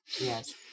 yes